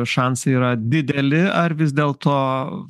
šansai yra dideli ar vis dėlto